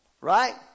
right